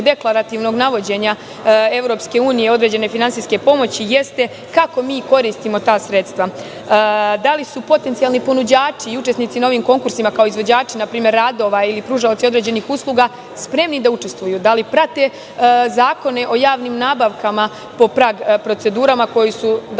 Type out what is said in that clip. deklarativnog navođenja EU određene finansijske pomoći jeste kako mi koristimo ta sredstva. Da li su potencijalni ponuđači i učesnici na ovim konkursima kao izvođači npr. radova ili pružaoci određenih usluga spremni da učestvuju, da li prate zakone o javnim nabavkama prag procedurama, koje su,